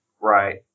Right